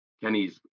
Kenny's